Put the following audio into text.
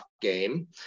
game